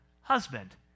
husband